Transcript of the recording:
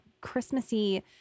Christmassy